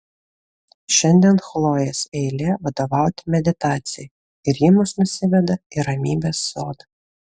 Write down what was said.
šiandien chlojės eilė vadovauti meditacijai ir ji mus nusiveda į ramybės sodą